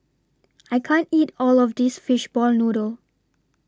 I can't eat All of This Fishball Noodle